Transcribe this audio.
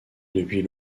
depuis